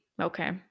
Okay